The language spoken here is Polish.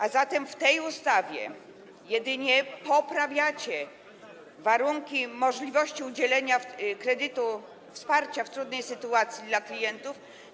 A zatem w tej ustawie jedynie poprawiacie warunki, możliwości udzielenia kredytu, wsparcia w trudnej sytuacji dla klientów.